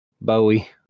bowie